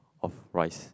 of rice